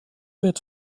wird